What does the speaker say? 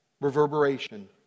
reverberation